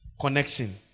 connection